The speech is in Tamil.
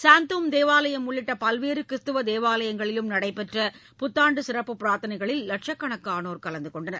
சாந்தோம் தேவாலயம் உள்ளிட்ட பல்வேறு கிறிஸ்தவ தேவாலயங்களிலும் நடைபெற்ற புத்தாண்டு சிறப்பு பிரார்த்தனைகளில் லட்சக்கணக்கானோர் கலந்து கொண்டனர்